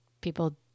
people